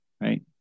right